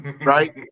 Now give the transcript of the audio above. right